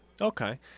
Okay